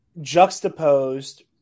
juxtaposed